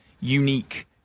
unique